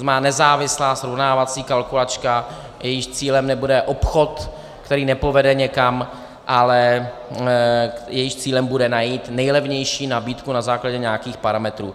To znamená, nezávislá srovnávací kalkulačka, jejímž cílem nebude obchod, který nepovede někam, ale jejímž cílem bude najít nejlevnější nabídku na základě nějakých parametrů.